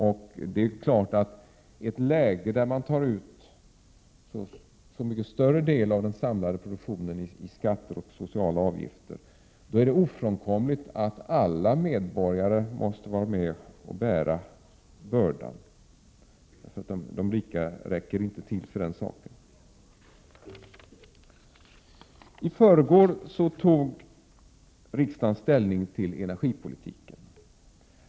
Det står också klart att i ett läge där man tar ut så mycket större andel av den samlade produktionen i skatter och sociala avgifter, är det ofrånkomligt att alla medborgare måste vara med och bära bördan — de rika räcker inte till för det. I förrgår tog riksdagen ställning till energipolitiken.